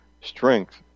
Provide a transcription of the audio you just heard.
strength